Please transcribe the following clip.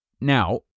Now